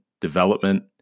development